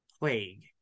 Plague